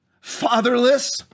fatherless